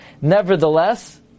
nevertheless